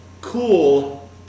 Cool